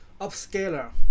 Upscaler